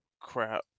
crap